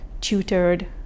tutored